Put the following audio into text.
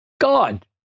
God